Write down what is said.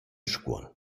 scuol